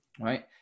right